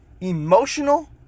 emotional